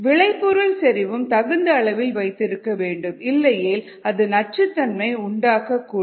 விளைபொருள் செறிவும் தகுந்த அளவில் வைத்திருக்க வேண்டும் இல்லையேல் அது நச்சுத்தன்மை உண்டாகக்கூடும்